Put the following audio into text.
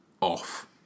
off